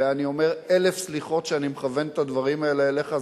ואני אומר אלף סליחות שאני מכוון את הדברים האלה אליך,